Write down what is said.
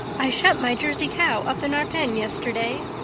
i shut my jersey cow up in our pen yesterday.